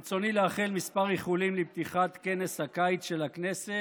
ברצוני לאחל כמה איחולים עם פתיחת כנס הקיץ של הכנסת,